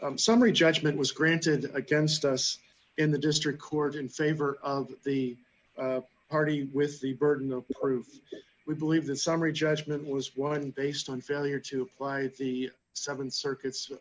summary judgment was granted against us in the district court in favor of the party with the burden of proof we believe the summary judgment was one based on failure to fly the seven circuits